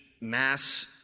mass